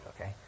okay